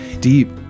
deep